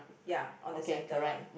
ya on the centre one